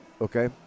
okay